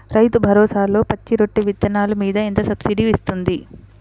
రైతు భరోసాలో పచ్చి రొట్టె విత్తనాలు మీద ఎంత సబ్సిడీ ఇస్తుంది?